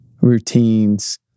routines